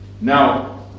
Now